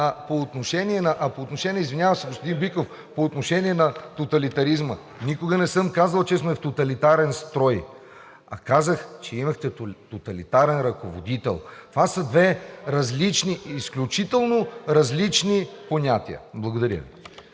сме обявили, извинявам се, господин Биков, по отношение на тоталитаризма. Никога не съм казал, че сме в тоталитарен строй, а казах, че имахте тоталитарен ръководител. Това са две различни, изключително различни понятия. Благодаря.